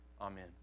Amen